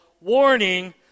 warning